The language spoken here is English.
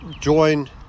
join